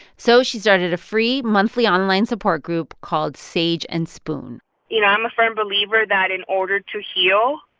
so she started a free monthly online support group called sage and spoon you know, i'm a firm believer that in order to heal,